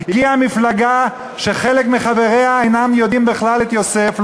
הגיעה מפלגה שחלק מחבריה אינם יודעים בכלל את יוסף,